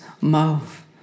mouth